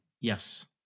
Yes